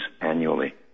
annually